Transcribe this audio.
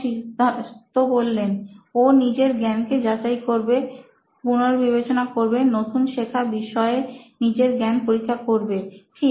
সিদ্ধার্থ ও নিজের জ্ঞানকে যাচাই করবে পুনর্বিবেচনা করবে নতুন শেখা বিষয়ে নিজের জ্ঞান পরীক্ষা করবে ঠিক